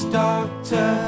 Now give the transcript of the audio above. doctor